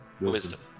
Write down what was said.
Wisdom